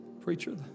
preacher